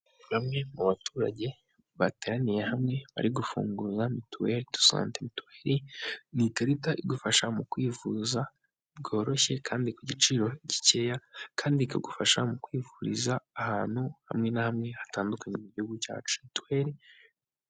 Bamwe mu baturage bateraniye hamwe bari gufunguza mitiwere do sante. Mitiwere ni ikarita igufasha mu kwivuza byoroshye kandi ku giciro gikeya, kandi ikagufasha mu kwivuriza ahantu hamwe na hamwe hatandukanye mu gihugu cyacu. Twe...